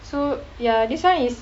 so ya this [one] is